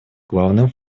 главным